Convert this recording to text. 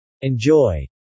Enjoy